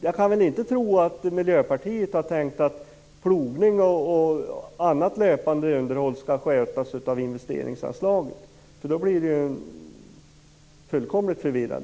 Jag kan väl inte tro att Miljöpartiet har tänkt att plogning och annat löpande underhåll skall skötas med hjälp av investerinsanslagen. I så fall blir debatten fullkomligt förvirrad.